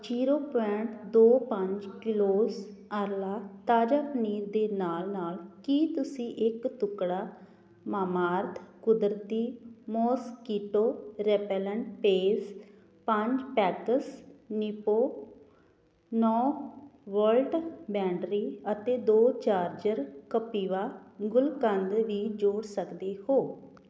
zero point ਦੋ ਪੰਜ kilos Arla ਤਾਜ਼ਾ ਪਨੀਰ ਦੇ ਨਾਲ ਨਾਲ ਕੀ ਤੁਸੀਂ ਇੱਕ ਟੁਕੜਾ ਮਾਮਾਅਰਥ ਕੁਦਰਤੀ ਮੌਸਕੀਟੋ ਰੇਪੇਲੈਂਟ ਪੇਸ ਪੰਜ ਪੈਕਸ ਨਿਪੋ ਨੌਂ ਵੋਲਟ ਬੈਟਰੀ ਅਤੇ ਦੋ ਚਾਰਜਰ ਕਪਿਵਾ ਗੁਲਕੰਦ ਵੀ ਜੋੜ ਸਕਦੇ ਹੋ